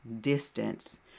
distance